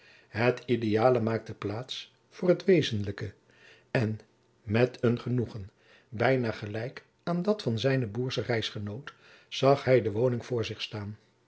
het ideale maakte plaats voor het wezenlijke en met een genoegen bijna gelijk aan dat van zijnen boerschen reisgenoot zag hij de woning voor zich staan